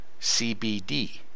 CBD